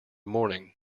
morning